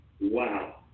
wow